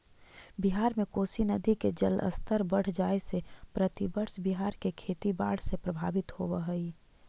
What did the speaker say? बिहार में कोसी नदी के जलस्तर बढ़ जाए से प्रतिवर्ष बिहार के खेती बाढ़ से प्रभावित होवऽ हई